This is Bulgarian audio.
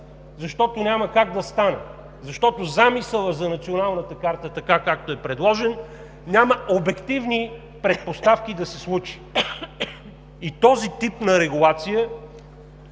защото няма как да стане, защото замисълът за Националната карта, както е предложен, няма обективни предпоставки да се случи. Този тип на регулация,